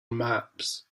maps